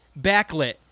backlit